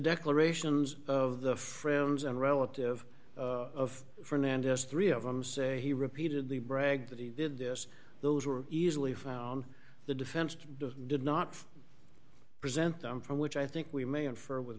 declarations of the friends and relatives of fernandez three of them say he repeatedly bragged that he did this those were easily found the defense did not present them for which i think we may infer w